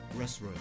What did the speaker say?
Restroom